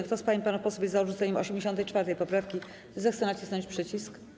Kto z pań i panów posłów jest za odrzuceniem 84. poprawki, zechce nacisnąć przycisk.